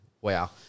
wow